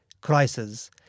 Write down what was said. crisis